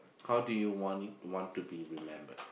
how do you want it want to be remembered